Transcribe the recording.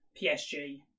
PSG